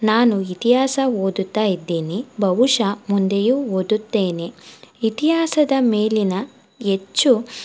ನಾನು ಇತಿಹಾಸ ಓದುತ್ತಾ ಇದ್ದೇನೆ ಬಹುಶಃ ಮುಂದೆಯೂ ಓದುತ್ತೇನೆ ಇತಿಹಾಸದ ಮೇಲಿನ ಹೆಚ್ಚು